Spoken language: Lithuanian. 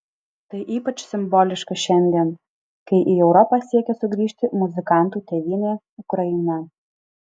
tai ypač simboliška šiandien kai į europą siekia sugrįžti muzikantų tėvynė ukraina